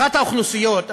אחת האוכלוסיות,